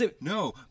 No